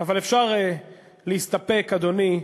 אבל אפשר להסתפק, אדוני,